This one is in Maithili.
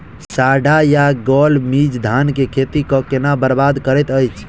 साढ़ा या गौल मीज धान केँ खेती कऽ केना बरबाद करैत अछि?